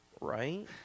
Right